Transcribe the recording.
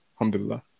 Alhamdulillah